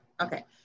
Okay